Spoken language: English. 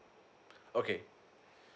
okay